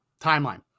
timeline